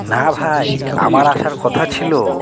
না ভাই আমার আসার কথা ছিলো